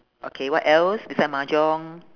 okay what else beside mahjong